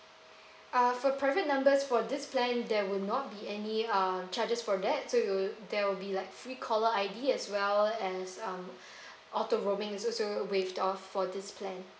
uh for private numbers for this plan there will not be any uh charges for that so it'll there will be like free caller I_D as well as some auto roaming is also waived off for this plan